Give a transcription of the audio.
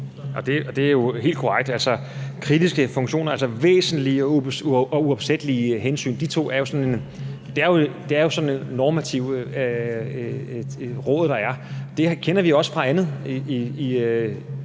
Det er jo helt korrekt. Kritiske funktioner, altså væsentlige og uopsættelige hensyn, er jo sådan et normativt råd, der er. Det kender vi jo også fra andet